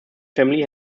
family